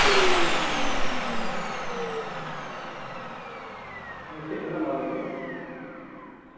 ᱪᱮᱫ ᱠᱟᱱᱟ ᱢᱟ ᱞᱟᱹᱭ ᱢᱮ